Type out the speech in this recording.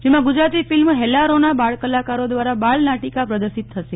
જેમાં ગુજરાતી ફિલ્મ હેલ્લારોના બાળકલાકારો દ્વારા બાલનાટિકા પ્રદર્શિત થશે